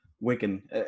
Wigan